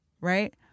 right